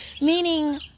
meaning